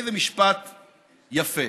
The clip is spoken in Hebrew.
איזה משפט יפה.